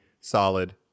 solid